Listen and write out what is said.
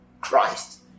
christ